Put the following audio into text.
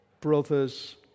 brothers